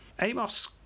amos